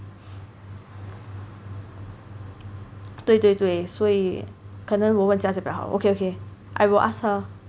对对对所以可能我问 Jia Jia 比较好